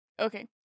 Okay